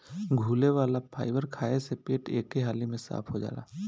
घुले वाला फाइबर खाए से पेट एके हाली में साफ़ हो जाला